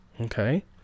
okay